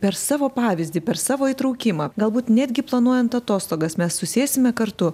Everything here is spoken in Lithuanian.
per savo pavyzdį per savo įtraukimą galbūt netgi planuojant atostogas mes susėsime kartu